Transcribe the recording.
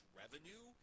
revenue